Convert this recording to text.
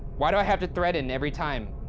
why do i have to threaten every time?